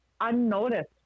unnoticed